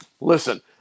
Listen